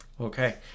Okay